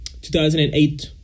2008